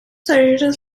toreros